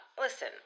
Listen